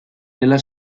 della